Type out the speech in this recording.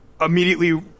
immediately